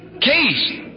case